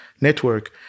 network